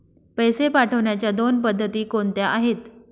पैसे पाठवण्याच्या दोन पद्धती कोणत्या आहेत?